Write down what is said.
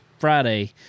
friday